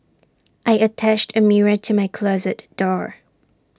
I attached A mirror to my closet door